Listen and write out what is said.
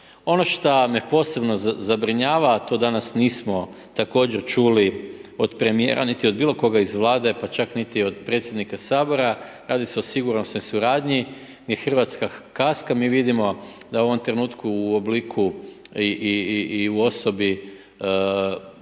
Ono što me posebno zabrinjava, a to danas, nismo, također čuli od premjera niti bilo koga iz Vlade pa čak niti od predsjednika Sabora, radi se o sigurnosnoj suradnji i Hrvatska kaska, mi vidimo da u ovom trenutku u obliku i u osobi ministra